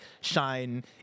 shine